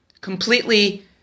completely